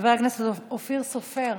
חבר הכנסת אופיר סופר,